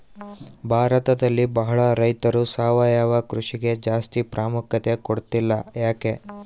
ಭಾರತದಲ್ಲಿ ಬಹಳ ರೈತರು ಸಾವಯವ ಕೃಷಿಗೆ ಜಾಸ್ತಿ ಪ್ರಾಮುಖ್ಯತೆ ಕೊಡ್ತಿಲ್ಲ ಯಾಕೆ?